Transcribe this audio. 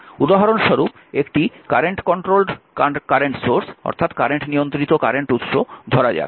উদাহরণস্বরূপ একটি কারেন্ট নিয়ন্ত্রিত কারেন্ট উৎস ধরা যাক